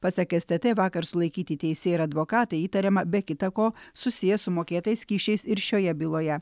pasak stt vakar sulaikyti teisėjai ir advokatai įtariama be kita ko susiję su mokėtais kyšiais ir šioje byloje